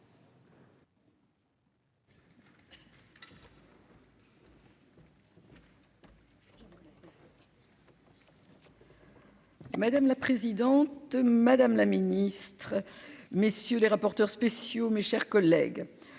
Madame la présidente, madame la ministre, messieurs les rapporteurs spéciaux, mes chers collègues